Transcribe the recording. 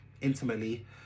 intimately